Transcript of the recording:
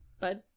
Bud